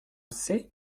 c’est